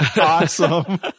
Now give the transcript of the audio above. Awesome